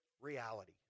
reality